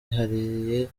yihariye